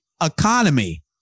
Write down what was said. economy